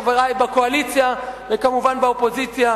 חברי בקואליציה וכמובן באופוזיציה,